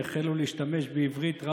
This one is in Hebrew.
נעבור להצעה לסדר-היום בנושא: בחינת הטענה כי